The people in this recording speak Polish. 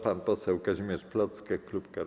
Pan poseł Kazimierz Plocke, Klub